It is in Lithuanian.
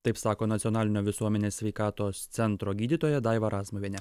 taip sako nacionalinio visuomenės sveikatos centro gydytoja daiva razmuvienė